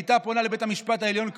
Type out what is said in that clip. היא הייתה פונה לבית המשפט העליון,